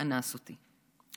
אנס אותי.